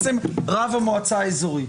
רב המועצה האזורית.